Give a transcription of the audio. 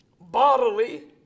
bodily